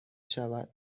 شود